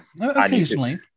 occasionally